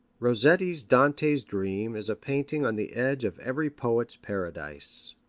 rossetti's dante's dream is a painting on the edge of every poet's paradise.